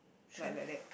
like like that